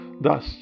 Thus